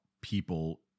people